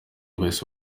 bahise